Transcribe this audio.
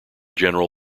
general